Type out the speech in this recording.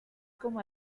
como